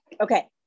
Okay